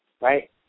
Right